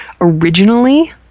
Originally